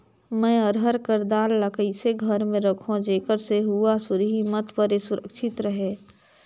मैं अरहर कर दाल ला कइसे घर मे रखों जेकर से हुंआ सुरही मत परे सुरक्षित रहे?